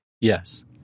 Yes